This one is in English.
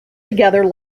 together